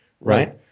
right